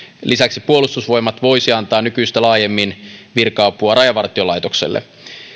lisäksi puolustusvoimat voisi antaa nykyistä laajemmin virka apua rajavartiolaitokselle